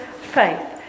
faith